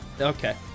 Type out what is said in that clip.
Okay